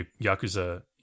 Yakuza